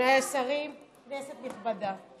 אדוניי השרים, כנסת נכבדה,